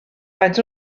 faint